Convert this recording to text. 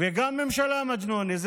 וגם ממשלה מג'נונה.